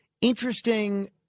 interesting